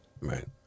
Right